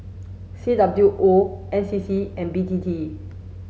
C W O N C C and B T T